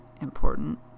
important